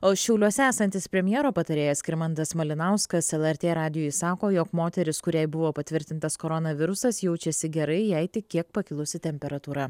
o šiauliuose esantis premjero patarėjas skirmantas malinauskas lrt radijui sako jog moteris kuriai buvo patvirtintas koronavirusas jaučiasi gerai jai tik kiek pakilusi temperatūra